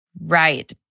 Right